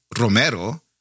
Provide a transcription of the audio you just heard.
Romero